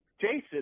Jason